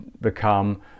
become